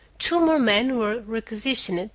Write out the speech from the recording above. two more men were requisitioned,